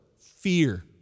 Fear